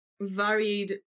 varied